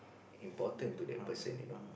important to that person you know